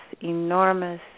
enormous